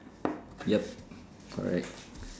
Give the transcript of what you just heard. yup correct